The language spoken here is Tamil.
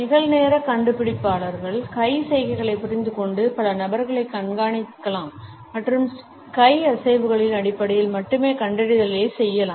நிகழ்நேர கண்டுபிடிப்பாளர்கள் கை சைகைகளைப் புரிந்துகொண்டு பல நபர்களைக் கண்காணிக்கலாம் மற்றும் கை அசைவுகளின் அடிப்படையில் மட்டுமே கண்டறிதல்களைச் செய்யலாம்